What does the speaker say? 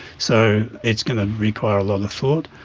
so it's going to require a lot of thought.